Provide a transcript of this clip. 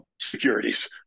securities